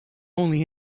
only